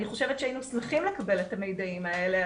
אני חושבת שהיינו שמחים לקבל את המידעים האלה.